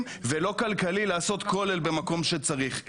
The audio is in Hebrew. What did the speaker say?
ולא רווחי לעשות כולל במקום שצריך,